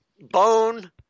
bone